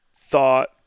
thought